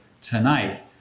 tonight